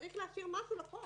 צריך להשאיר משהו לחוק